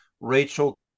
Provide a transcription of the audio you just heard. Rachel